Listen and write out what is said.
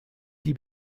die